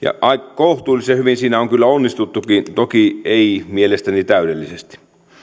kohtuullisen hyvin siinä on kyllä onnistuttukin toki ei mielestäni täydellisesti